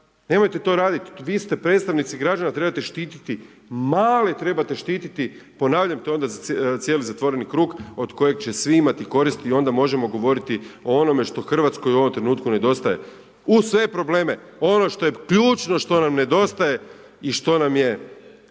Nemojte to radi, vi ste predstavnici građana, trebate štititi male, trebate štititi, ponavljam to je onda za cijeli zatvoreni krug od kojeg će svi imati koristi i onda možemo govoriti o onome što Hrvatskoj u ovome trenutku nedostaje uz sve probleme, ono što je ključno što nam nedostaje i što nam je